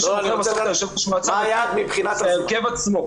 מי שבוחר בסוף את היושב ראש מועצה זה ההרכב עצמו.